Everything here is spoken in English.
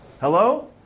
Hello